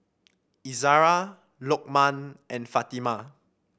Izzara Lokman and Fatimah